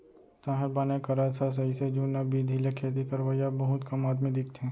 तैंहर बने करत हस अइसे जुन्ना बिधि ले खेती करवइया बहुत कम आदमी दिखथें